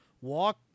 walk